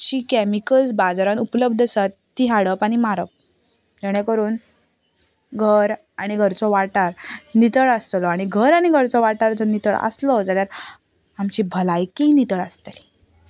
अशीं कॅमिकल्स बाजारांत उपल्बद्ध आसात तीं हाडप आनी मारप जाणें करून घर आनी घरचो वाठार नितळ आसतलो आनी घर आनी घरचो वाठार जर नितळ आसलो जाल्यार आमची भलायकीय नितळ आसतली